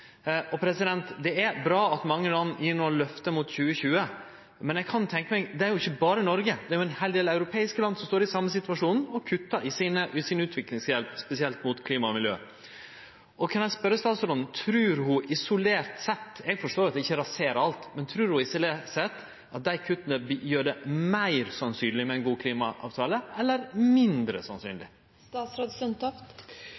er bra at mange land no gjev løfte mot 2020. Men eg kan tenkje meg at det ikkje berre er Noreg, det er ein heil del europeiske land som står i den same situasjonen og kuttar i utviklingshjelpa si, spesielt mot klima og miljø. Kan eg spørje statsråden: Trur ho isolert sett – eg forstår at det ikkje raserer alt – at dei kutta gjer det meir sannsynleg med ein god klimaavtale eller mindre